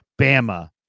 Bama